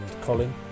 Colin